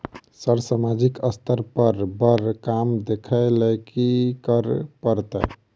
Sir सामाजिक स्तर पर बर काम देख लैलकी करऽ परतै?